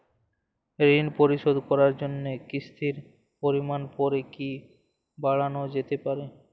ঋন পরিশোধ করার জন্য কিসতির পরিমান পরে কি বারানো যেতে পারে?